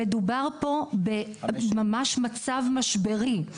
שמדובר פה ממש במצב משברי.